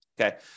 Okay